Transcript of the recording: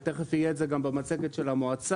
תכף יהיה את זה גם במצגת של המועצה,